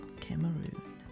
Cameroon